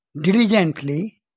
diligently